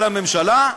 אצל הממשלה,